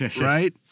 Right